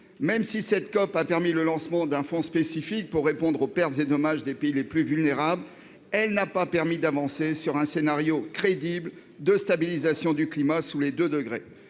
Même si cette COP a conduit au lancement d'un fonds spécifique pour répondre aux pertes et dommages des pays les plus vulnérables, elle n'a pas permis d'avancer vers un scénario crédible de stabilisation du réchauffement climatique sous les 2 degrés.